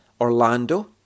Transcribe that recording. Orlando